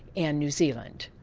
and new zealand.